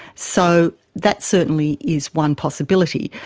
so that certainly is one possibility.